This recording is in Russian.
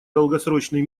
долгосрочный